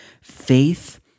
faith